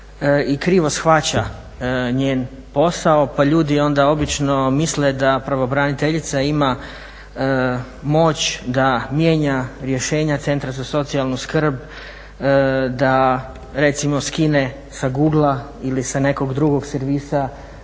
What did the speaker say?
i krivo shvaća njen posao pa ljudi onda obično misle da pravobraniteljica ima moć da mijenja rješenja Centra za socijalnu skrb, da recimo skine sa google-a ili sa nekog drugog servisa